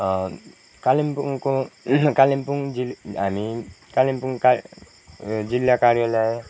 कालिम्पोङको कालिम्पोङ जिल् हामी कालिम्पोङ कार जिल्ला कार्यालय